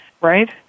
right